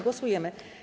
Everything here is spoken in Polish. Głosujemy.